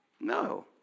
No